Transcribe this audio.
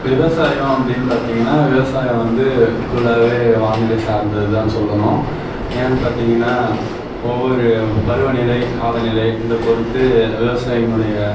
விவசாயம் அப்படின்னு பார்த்தீங்கன்னா விவசாயம் வந்து ஃபுல்லாகவே வானிலை சார்ந்தது தான் சொல்லணும் ஏன்னென்னு பார்த்தீங்கன்னா ஒவ்வொரு பருவநிலை காலநிலை இதை பொறுத்து விவசாயினுடைய